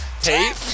Tape